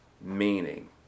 meaning